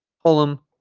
column